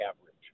average